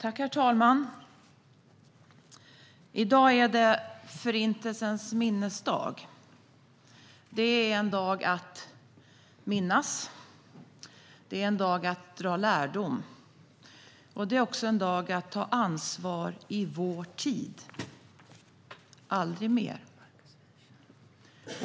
Herr talman! I dag är det Förintelsens minnesdag. Det är en dag att minnas och att dra lärdom av. Det är också en dag för att ta ansvar i vår tid: Aldrig mer.